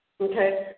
Okay